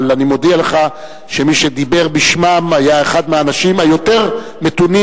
אבל אני מודיע לך שמי שדיבר בשמם היה אחד האנשים היותר מתונים,